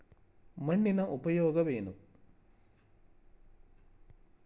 ಮಣ್ಣಿನ ಉಪಯೋಗವೇನು?